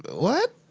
but what?